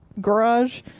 garage